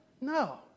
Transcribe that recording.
No